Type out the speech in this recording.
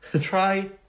Try